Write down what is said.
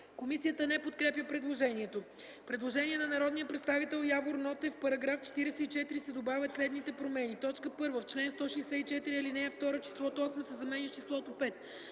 Комисията не подкрепя предложението. Предложение на народния представител Явор Нотев: „В § 44 да се добавят следните промени: 1. В т. 1, чл. 164, ал. 1 числото „8” се заменя с числото „5”.